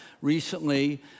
recently